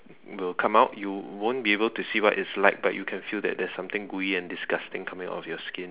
will come out you won't be able to see what it's like but you can feel that there's something gooey and disgusting coming out of your skin